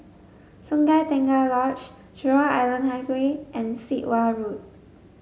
Sungei Tengah Lodge Jurong Island Highway and Sit Wah Road